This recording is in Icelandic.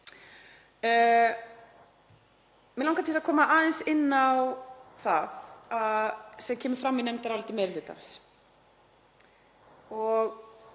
Mig langar til að koma aðeins inn á það sem kemur fram í nefndaráliti meiri hlutans.